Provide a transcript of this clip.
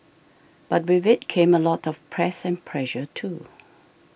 but with it came a lot of press and pressure too